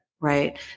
Right